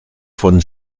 von